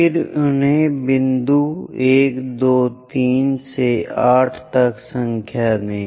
फिर उन्हें बिंदु 1 2 3 से 8 तक संख्या दें